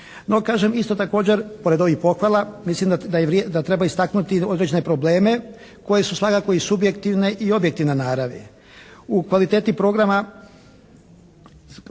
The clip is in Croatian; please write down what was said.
No kažem isto također pored ovih pohvala, mislim da treba istaknuti određene probleme koji su svakako i subjektivne i objektivne naravi.